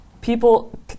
people